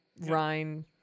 rhine